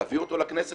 תביאו אותו לכנסת,